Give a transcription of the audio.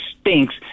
stinks